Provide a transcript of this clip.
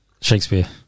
shakespeare